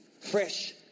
Fresh